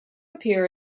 appear